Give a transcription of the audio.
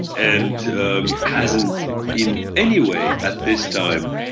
and hasn't in any way at this time